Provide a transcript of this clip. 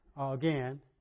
again